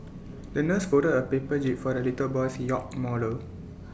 the nurse folded A paper jib for the little boy's yacht model